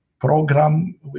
program